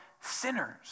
sinners